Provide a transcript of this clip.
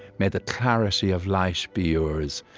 may the clarity of light be yours,